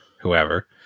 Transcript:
whoever